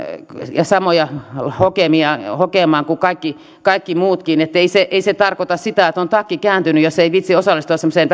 ja samoja hokemaan hokemaan kuin kaikki kaikki muutkin ei se tarkoita sitä että on takki kääntynyt jos ei viitsi osallistua semmoiseen